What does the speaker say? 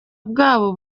bwabo